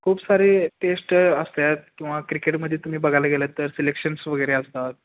खूप सारे टेस्ट असतात किंवा क्रिकेटमध्ये तुम्ही बघायला गेलंत तर सिलेक्शन्स वगैरे असतात